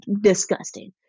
disgusting